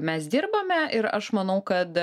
mes dirbame ir aš manau kad